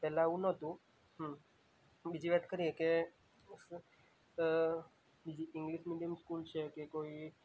પહેલાં આવું ન હતું હંમ બીજી વાત કરીએ કે બીજી ઇંગ્લિશ મીડિયમ સ્કૂલ છે કે કોઈ